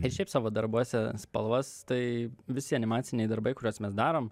ir šiaip savo darbuose spalvas tai visi animaciniai darbai kuriuos mes darom